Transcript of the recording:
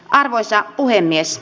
arvoisa puhemies